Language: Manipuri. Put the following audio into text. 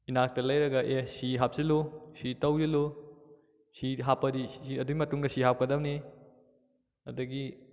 ꯏꯅꯥꯛꯇ ꯂꯩꯔꯒ ꯑꯦ ꯑꯁꯤ ꯍꯥꯞꯆꯤꯜꯂꯨ ꯑꯁꯤ ꯇꯧꯁꯤꯜꯂꯨ ꯑꯁꯤ ꯍꯥꯞꯄꯗꯤ ꯑꯗꯨꯒꯤ ꯃꯇꯨꯡꯗ ꯑꯁꯤ ꯍꯥꯞꯀꯗꯕꯅꯤ ꯑꯗꯒꯤ